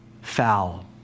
foul